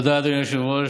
תודה, אדוני היושב-ראש.